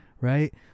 right